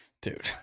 Dude